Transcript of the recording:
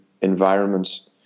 environments